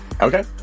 Okay